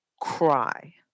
cry